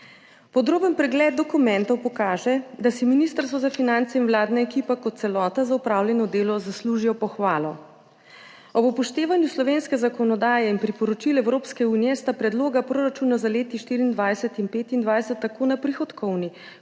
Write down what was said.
Podroben pregled dokumentov pokaže, da si Ministrstvo za finance in vladna ekipa kot celota za opravljeno delo zaslužijo pohvalo. Ob upoštevanju slovenske zakonodaje in priporočil Evropske unije sta predloga proračuna za leti 2024 in 2025 tako na prihodkovni